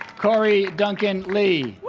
corey duncan lea